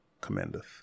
commendeth